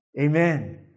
Amen